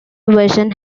version